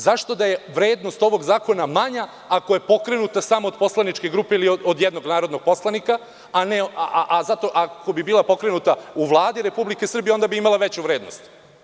Zašto da je vrednost ovog zakona manja ako je pokrenut samo od poslaničke grupe ili od jednog narodnog poslanika, a ako bi bila pokrenuta u Vladi Republike Srbije, onda bi imala veću vrednost?